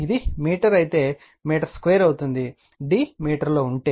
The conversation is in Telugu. ఇది మీటర్ అయితే మీటర్2 అవుతుంది d మీటర్లో ఉంటే